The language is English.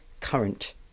current